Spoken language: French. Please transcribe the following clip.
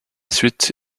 suite